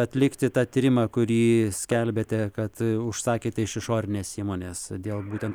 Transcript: atlikti tą tyrimą kurį skelbėte kad užsakėte iš išorinės įmonės dėl būtent